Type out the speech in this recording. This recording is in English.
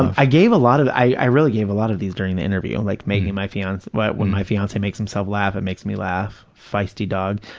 i gave a lot of, i really gave a lot of these during the interview, and like making my, but when my fiance makes himself laugh it makes me laugh, feisty dog.